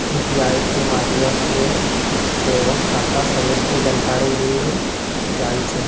UPI के माध्यम से सेहो खता सभके जानकारी मिल जाइ छइ